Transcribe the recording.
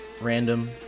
random